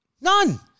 None